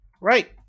Right